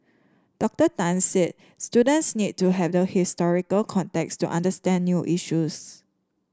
Doctor Tan said students need to have the historical context to understand new issues